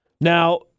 Now